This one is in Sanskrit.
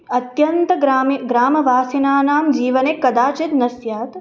अत्यन्तं ग्रामे ग्रामवासिनां जीवने कदाचित् न स्यात्